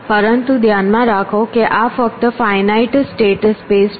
પરંતુ ધ્યાનમાં રાખો કે આ ફક્ત ફાઇનાઇટ સ્ટેટ સ્પેસ માટે છે